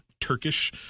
Turkish